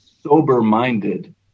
sober-minded